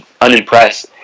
unimpressed